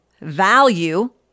value